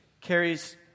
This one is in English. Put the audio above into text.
carries